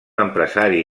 empresari